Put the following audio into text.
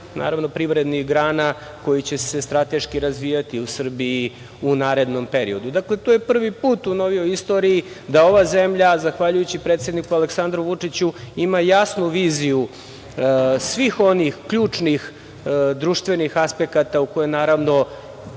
i onih privrednih grana koje će se strateški razvijati u Srbiji u narednom periodu. Dakle, to je prvi put u novijoj istoriji da ova zemlja, zahvaljujući predsedniku Aleksandru Vučiću, ima jasnu viziju svih onih ključnih društvenih aspekata, u koje, naravno,